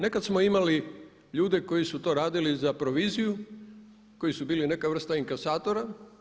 Nekad smo imali ljude koji su to radili za proviziju, koji su bili neka vrsta inkasatora.